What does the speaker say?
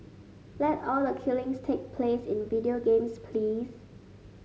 let all the killings take place in video games please